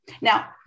now